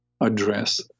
address